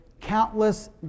countless